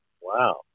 Wow